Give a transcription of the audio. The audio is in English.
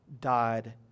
died